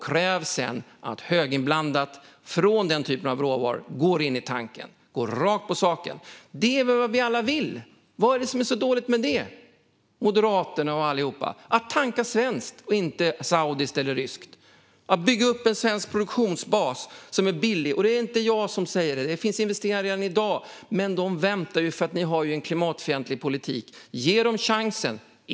Kräv sedan att höginblandat från den typen av råvaror går in i tanken. Gå rakt på sak. Det är vad vi alla vill. Vad är det som är så dåligt med att tanka svenskt, inte saudiskt eller ryskt? Låt oss bygga upp en billig svensk produktionsbas. Det är inte jag som säger så, utan det finns investerare redan i dag. Men de väntar på grund av er klimatfientliga politik. Ge dem chansen.